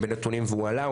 בנתונים והוא עלה,